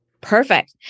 Perfect